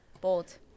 Bold